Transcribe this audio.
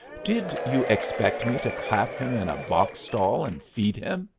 did you expect me to clap him in a box-stall and feed him?